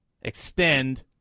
Extend